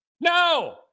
No